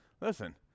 Listen